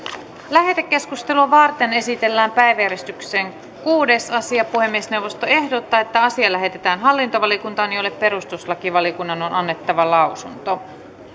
lähetekeskustelua varten esitellään päiväjärjestyksen kuudes asia puhemiesneuvosto ehdottaa että asia lähetetään hallintovaliokuntaan jolle perustuslakivaliokunnan on annettava lausunto